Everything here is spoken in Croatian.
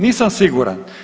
Nisam siguran.